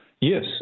Yes